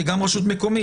כי גם רשות מקומית.